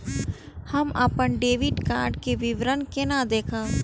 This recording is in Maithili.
हम अपन डेबिट कार्ड के विवरण केना देखब?